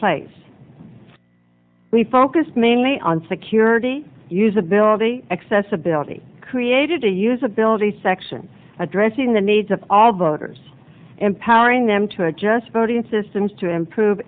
place we focused mainly on security usability accessability created a usability section addressing the needs of all voters empowering them to adjust voting systems to improve